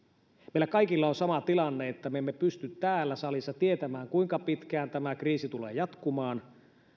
meillä kaikilla on sama tilanne että me me emme pysty täällä salissa tietämään kuinka pitkään tämä kriisi tulee jatkumaan